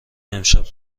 امشب